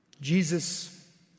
Jesus